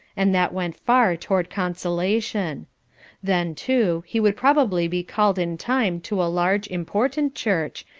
and that went far toward consolation then, too, he would probably be called in time to a large, important church,